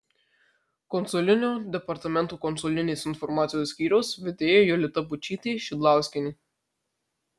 konsulinio departamento konsulinės informacijos skyriaus vedėja jolita būčytė šidlauskienė